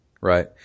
Right